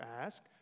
Ask